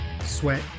sweat